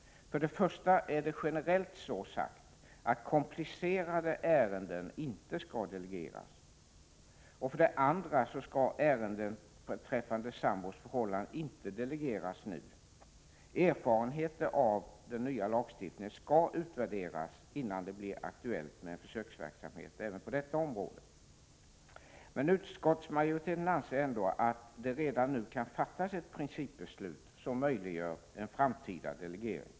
För det första E Er : lainvesteringsgaranti har det sagts generellt att komplicerade ärenden inte skall delegeras, och för det andra skall ärenden beträffande sambors förhållanden inte delegeras nu. Erfarenheter av den nya lagstiftningen skall utvärderas innan det blir aktuellt med en försöksverksamhet även på detta område. Utskottsmajoriteten anser ändå att det redan nu kan fattas ett principbeslut som möjliggör en framtida delegering.